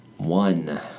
One